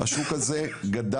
השוק הזה גדל,